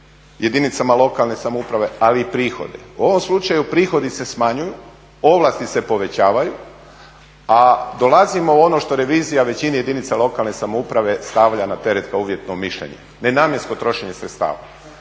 jedinicama lokalne samouprave ali i prihode. U ovom slučaju prihodi se smanjuju, ovlasti se povećavaju, a dolazimo u ono što revizija većini jedinica lokalne samouprave stavlja na teret kao uvjetno mišljenje, nenamjensko trošenje sredstava.